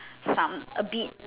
some a bit